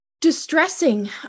distressing